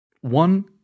one